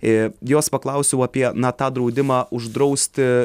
i jos paklausiau apie na tą draudimą uždrausti